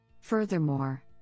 Furthermore